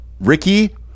Ricky